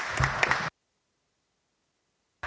Hvala